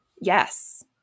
yes